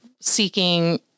seeking